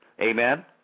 Amen